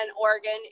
Oregon